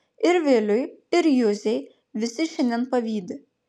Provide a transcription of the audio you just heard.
ir viliui ir juzei visi šiandien pavydi